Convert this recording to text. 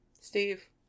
Steve